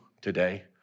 today